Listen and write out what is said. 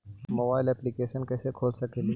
Mobile application कैसे कर सकेली?